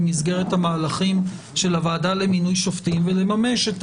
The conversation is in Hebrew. במסגרת המהלכים של הוועדה למינוי שופטים ולממש את